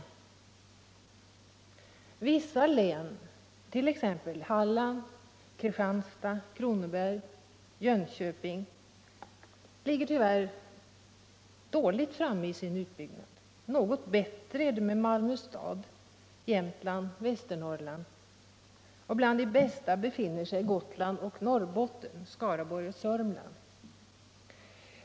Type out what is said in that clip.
Vissa län, t.ex. Hallands, Kristianstads, Kronobergs och Jönköpings län, ligger tyvärr dåligt framme i sin utbyggnad. Något bättre är det med Malmö kommun, Jämtlands och Västernorrlands län. Bland de bästa befinner sig Gotlands, Norrbottens, Skaraborgs och Södermanlands län.